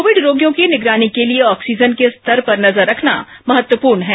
Covid रोगियों की निगरानी के लिए ऑक्सीजन के स्तर पर नजर रखना महत्वपूर्ण है